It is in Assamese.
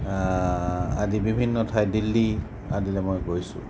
আদি বিভিন্ন ঠাই দিল্লী আদিলে মই গৈছোঁ